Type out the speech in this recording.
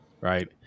right